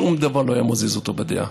שום דבר לא היה מזיז אותו מדעתו.